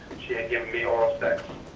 she had given me oral sex.